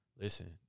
listen